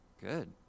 Good